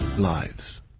lives